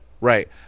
Right